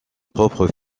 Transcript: propre